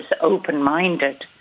open-minded